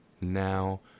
now